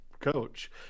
coach